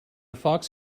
fox